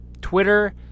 Twitter